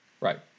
Right